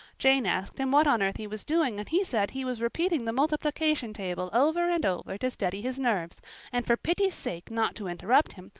jane asked him what on earth he was doing and he said he was repeating the multiplication table over and over to steady his nerves and for pity's sake not to interrupt him,